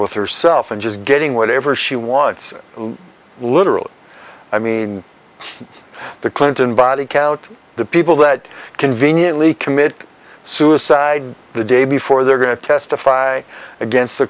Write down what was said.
with herself and just getting whatever she wants literally i mean the clinton body count the people that conveniently commit suicide the day before they're going to testify against the